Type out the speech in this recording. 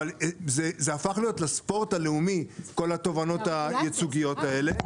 אבל זה הפך לספורט הלאומי כל התובענות הייצוגיות האלה.